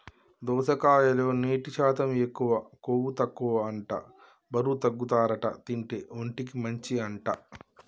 దోసకాయలో నీటి శాతం ఎక్కువ, కొవ్వు తక్కువ అంట బరువు తగ్గుతారట తింటే, ఒంటికి మంచి అంట